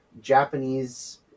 Japanese